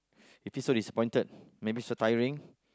you feel so disappointed maybe so tiring